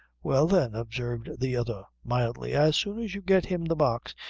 well, then, observed the other mildly, as soon as you get him the box,